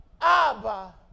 Abba